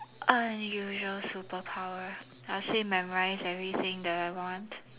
unusual superpower I'll say memorize everything that I want